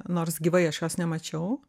nors gyvai aš jos nemačiau